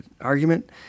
argument